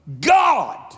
God